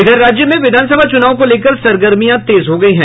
इधर राज्य में विधानसभा चुनाव को लेकर सरगर्मियां तेज हो गयी हैं